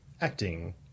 acting